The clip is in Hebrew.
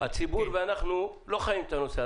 הציבור ואנחנו לא חיים את הנושא.